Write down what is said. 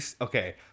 okay